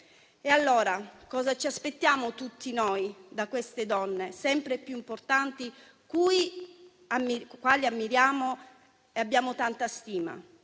E allora cosa ci aspettiamo tutti noi da queste donne sempre più importanti, che ammiriamo e delle quali abbiamo tanta stima?